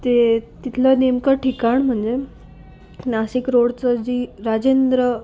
ते तिथलं नेमकं ठिकाण म्हणजे नासिक रोडचं जी राजेंद्र